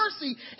mercy